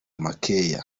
makeya